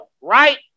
right